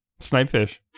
Snipefish